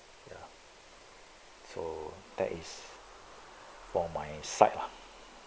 ya so that is for my side lah